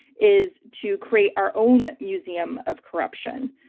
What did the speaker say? is to create our own museum of corruption,